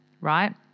right